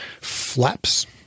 flaps